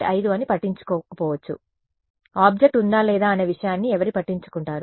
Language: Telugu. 5 అని పట్టించుకోకపోవచ్చు ఆబ్జెక్ట్ ఉందా లేదా అనే విషయాన్ని ఎవరు పట్టించుకుంటారు